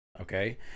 okay